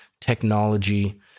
technology